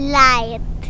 light